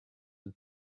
and